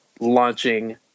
launching